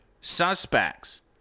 suspects